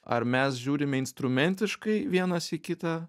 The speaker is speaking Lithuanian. ar mes žiūrime instrumentiškai vienas į kitą